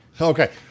Okay